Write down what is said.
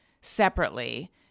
separately